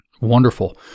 Wonderful